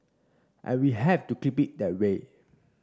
and we have to keep it that way